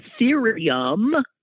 Ethereum